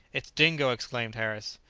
it's dingo! exclaimed harris.